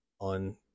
on